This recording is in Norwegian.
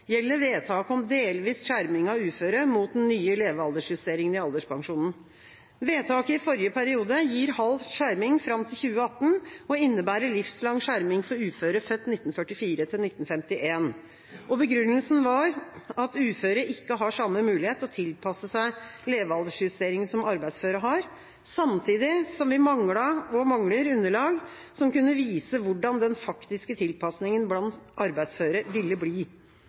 gjelder vedtaket om delvis skjerming av uføre mot den nye levealdersjusteringen i alderspensjonen. Vedtaket i forrige periode gir halv skjerming fram til 2018 og innebærer livslang skjerming for uføre født 1944–1951. Begrunnelsen var at uføre ikke har samme mulighet til å tilpasse seg levealdersjusteringen som arbeidsføre har, samtidig som vi manglet, og mangler, underlag som kunne vise hvordan den faktiske tilpasninga blant arbeidsføre ville bli.